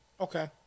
Okay